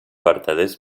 vertaders